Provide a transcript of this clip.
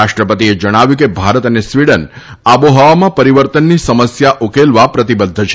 રાષ્ટ્રપતિએ જણાવ્યું કે ભારત અને સ્વીડન આબોહવામાં પરીવર્તનની સમસ્યા ઉકેલવા પ્રતિબધ્ધ છે